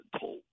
told